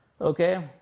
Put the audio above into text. Okay